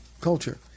culture